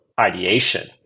ideation